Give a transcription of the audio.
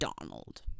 Donald